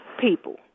people